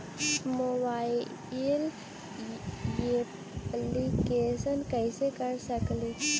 Mobile application कैसे कर सकेली?